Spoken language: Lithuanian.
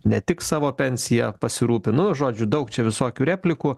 ne tik savo pensija pasirūpinonu žodžiu daug čia visokių replikų